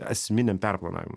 esminiam perplanavimui